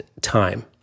time